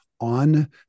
on